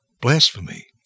Blasphemy